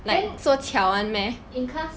then in class